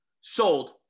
sold